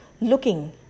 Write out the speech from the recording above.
looking